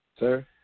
Sir